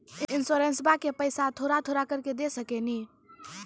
इंश्योरेंसबा के पैसा थोड़ा थोड़ा करके दे सकेनी?